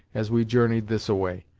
as we journeyed this-a-way,